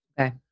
Okay